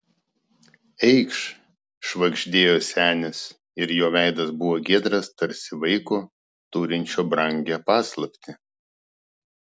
eikš švagždėjo senis ir jo veidas buvo giedras tarsi vaiko turinčio brangią paslaptį